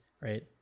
right